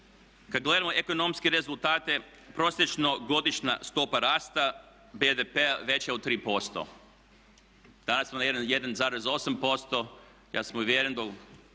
Kad gledamo ekonomske rezultate prosječna godišnja stopa rasta BDP-a je veća od 3%. Danas smo na 1,8%. Ja sam uvjeren da